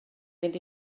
fynd